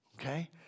okay